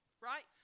right